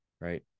right